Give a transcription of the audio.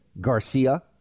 Garcia